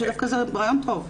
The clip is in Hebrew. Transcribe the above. זה דיון שלם.